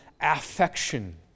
affection